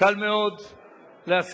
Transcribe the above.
קל מאוד להסכים,